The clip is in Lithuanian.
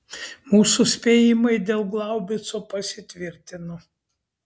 mūsų spėjimai dėl glaubico pasitvirtino